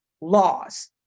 laws